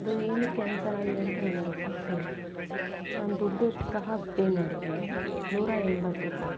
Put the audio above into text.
ಅದು ಏನಕ್ಕೆ ಕ್ಯಾನ್ಸಲ್ ಆಗಿದೆ ಅಂತ ನನಗೆ ಗೊತ್ತಾಗ್ತಾ ಇಲ್ಲ ನಾನು ದುಡ್ಡು ಸಹ ಪೇ ಮಾಡಿದ್ದೀನಿ ನೂರ ಎಂಬತ್ತು ರೂಪಾಯಿ